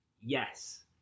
yes